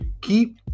Keep